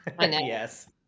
Yes